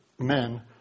men